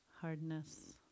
hardness